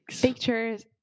pictures